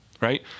Right